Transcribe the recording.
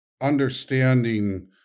understanding